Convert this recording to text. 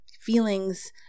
feelings